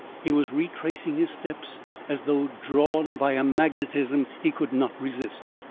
he was retracing his steps as though drawn by a magnetism he could not resist,